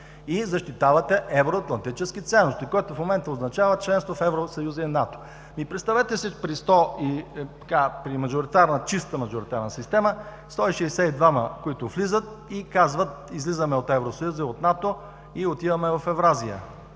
и защитавате евроатлантически ценности, което в момента означава членство в Евросъюза и НАТО. Представете си при чиста мажоритарна система 162-ма, които влизат и казват: „излизаме от Евросъюза и от НАТО, и отиваме в Евразия“.